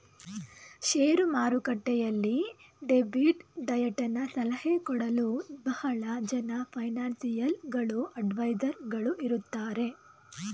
share ಮಾರುಕಟ್ಟೆಯಲ್ಲಿ debit ಡಯಟನ ಸಲಹೆ ಕೊಡಲು ಬಹಳ ಜನ ಫೈನಾನ್ಸಿಯಲ್ ಗಳು ಅಡ್ವೈಸರ್ಸ್ ಗಳು ಇರುತ್ತಾರೆ